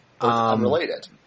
unrelated